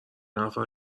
نفر